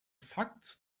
fakt